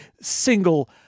single